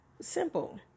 Simple